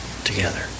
together